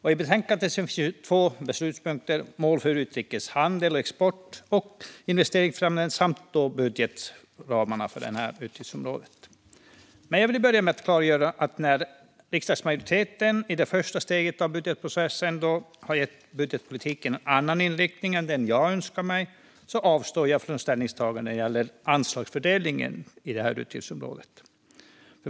I betänkandet finns två beslutspunkter: mål för utrikeshandel, export och investeringsfrämjande samt budgetramarna för utgiftsområdet. Jag vill börja med att klargöra att eftersom riksdagsmajoriteten i det första steget av budgetprocessen har gett budgetpolitiken en annan inriktning än den jag önskar avstår jag från ställningstagande när det gäller anslagsfördelningen inom detta utgiftsområde.